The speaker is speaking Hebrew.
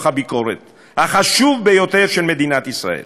הביקורת החשוב ביותר של מדינת ישראל.